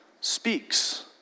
speaks